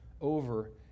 over